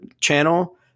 channel